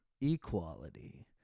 equality